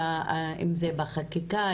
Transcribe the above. אם זה בחקיקה,